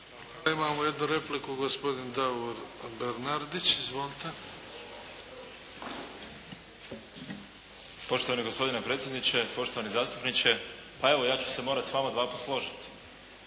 Imamo jednu repliku gospodin Davor Bernardić. Izvolite. **Bernardić, Davor (SDP)** Poštovani gospodine predsjedniče, poštovani zastupniče. Pa evo ja ću se morati s vama dva puta složiti.